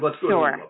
Sure